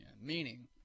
Meaning